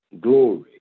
glory